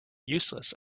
useless